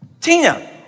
Tina